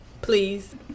Please